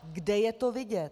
Kde je to vidět?